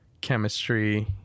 chemistry